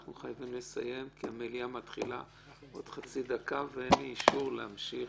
אנחנו חייבים לסיים כי המליאה מתחילה עוד חצי דקה ואין לי אישור להמשיך.